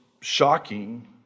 shocking